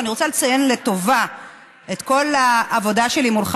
אבל אני רוצה לציין לטובה את כל העבודה שלי מולך